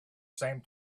same